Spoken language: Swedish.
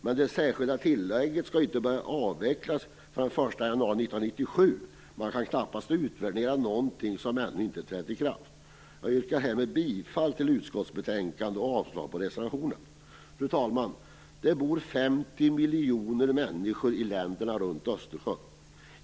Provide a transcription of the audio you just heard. Men det särskilda tillägget skall ju börja att avvecklas först den 1 januari 1997. Man kan ju knappast utvärdera någonting som ännu inte har trätt i kraft. Jag yrkar härmed bifall till utskottets hemställan i betänkandet och avslag på reservationerna. Fru talman! Det bor 50 miljoner människor i länderna runt Östersjön.